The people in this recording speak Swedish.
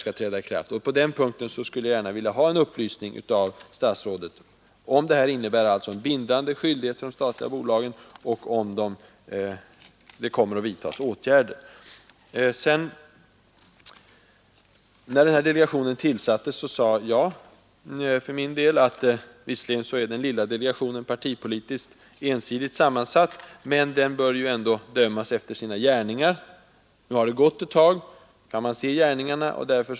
På den punkten skulle jag alltså vilja ha en upplysning av statsrådet: Innebär uttalandet en bindande skyldighet för de statliga bolagen, och kommer det att vidtas åtgärder? Visserligen är den lilla delegationen partipolitiskt ensidigt sammansatt, men när den tillsattes sade jag att den ju ändå bör dömas efter sina gärningar. Nu har det gått en tid, och nu kan man se gärningarna.